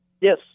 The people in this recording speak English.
Yes